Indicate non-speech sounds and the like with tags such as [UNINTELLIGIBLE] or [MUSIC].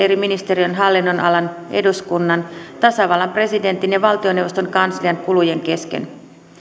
[UNINTELLIGIBLE] eri ministeriön hallinnonalan eduskunnan tasavallan presidentin ja valtioneuvoston kanslian kulujen kesken